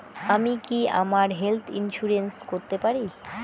আমি কি আমার হেলথ ইন্সুরেন্স করতে পারি?